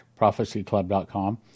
prophecyclub.com